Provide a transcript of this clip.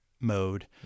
mode